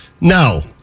No